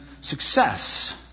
success